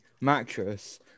mattress